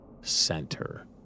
Center